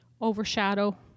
overshadow